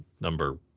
number